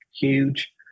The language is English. Huge